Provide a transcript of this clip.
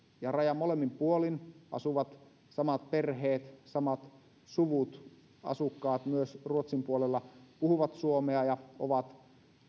ja rajan molemmin puolin asuvat samat perheet samat suvut asukkaat myös ruotsin puolella puhuvat suomea ja ovat